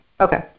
Okay